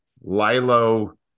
Lilo